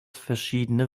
verschiedene